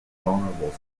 vulnerable